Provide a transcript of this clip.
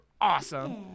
awesome